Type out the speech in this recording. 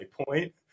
point